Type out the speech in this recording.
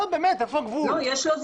לא יודע.